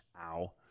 ow